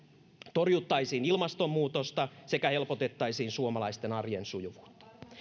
torjuttaisiin ilmastonmuutosta sekä helpotettaisiin suomalaisten arjen sujuvuutta